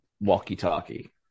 walkie-talkie